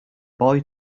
boy